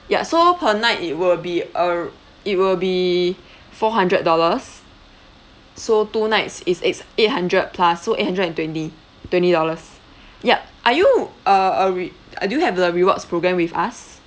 ya so per night it will be err it will be four hundred dollars so two nights is it's eight hundred plus so eight hundred and twenty twenty dollars yup are you a a re~ uh do have the rewards programme with us